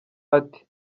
ati